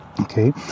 okay